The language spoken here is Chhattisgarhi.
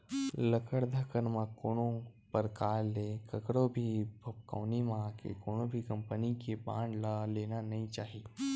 लकर धकर म कोनो परकार ले कखरो भी भभकउनी म आके कोनो भी कंपनी के बांड ल लेना नइ चाही